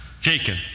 Jacob